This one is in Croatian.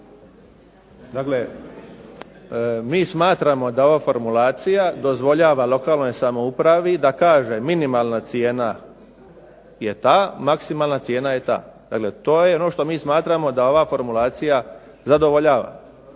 mi smatramo da ova formulacija dozvoljava lokalnoj samoupravi da kaže minimalna cijena je ta, maksimalna cijena ta. Dakle to je ono što mi smatramo da ova formulacija zadovoljava.